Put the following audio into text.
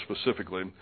specifically